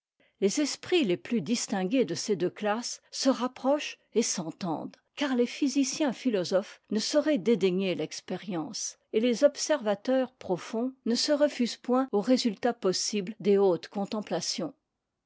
les esprits les plus distingués de ces deux classes se rapprochent et s'entendent car les physiciens philosophes ne sauraient dédaigner l'expérience etles observateurs profonds ne se refusent point aux résultats possibles des hautes contemplations